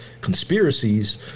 conspiracies